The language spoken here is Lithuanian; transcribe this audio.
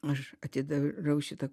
aš atidarau šitą